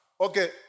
Okay